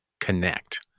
connect